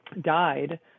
died